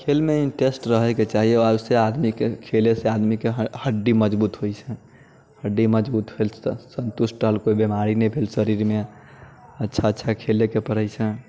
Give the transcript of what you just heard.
खेलमे इंटरेस्ट रहैके चाही ओहिसँ आदमीकेँ खेलयसँ आदमीकेँ हड्डी मजबूत होइत छै हड्डी मजबूत भेल तऽ संतुष्ट रहल कोइ बिमारी नहि भेल शरीरमे अच्छा अच्छा खेलयके पड़ैत छै